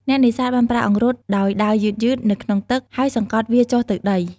អ្នកនេសាទបានប្រើអង្រុតដោយដើរយឺតៗនៅក្នុងទឹក ហើយសង្កត់វាចុះទៅដី។